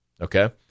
okay